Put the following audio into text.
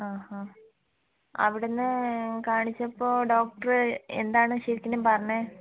ആഹാ അവിടെനിന്ന് കാണിച്ചപ്പോൾ ഡോക്ടർ എന്താണ് ശരിക്കനും പറഞ്ഞത്